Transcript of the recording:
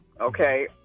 okay